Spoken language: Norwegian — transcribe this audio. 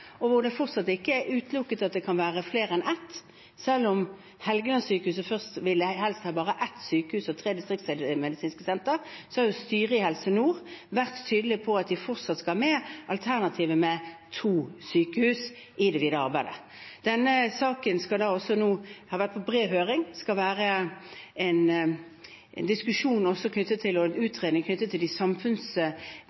det fortsatt ikke er utelukket at det kan være flere enn ett. Selv om Helgelandssykehuset først helst ville ha bare ett sykehus og tre distriktsmedisinske senter, har styret i Helse Nord vært tydelig på at de fortsatt skal ha med alternativet med to sykehus i det videre arbeidet. Denne saken har også nå vært på bred høring. Det skal også være en diskusjon og en utredning knyttet til